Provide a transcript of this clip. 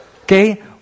Okay